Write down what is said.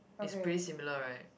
it's pretty similar right